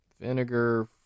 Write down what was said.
Vinegar